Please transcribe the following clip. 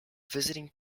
visiting